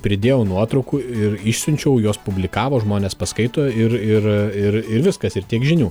pridėjau nuotraukų ir išsiunčiau juos publikavo žmonės paskaito ir ir ir ir viskas ir tiek žinių